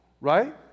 right